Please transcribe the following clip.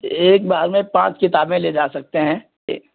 تو ایک بار میں پانچ کتابیں لے جا سکتے ہیں